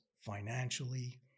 financially